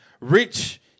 rich